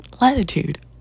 latitude